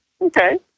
Okay